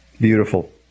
Beautiful